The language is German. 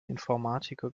informatiker